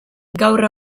gaur